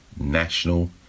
National